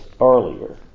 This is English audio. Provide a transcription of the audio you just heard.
earlier